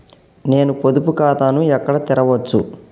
నేను పొదుపు ఖాతాను ఎక్కడ తెరవచ్చు?